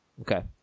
Okay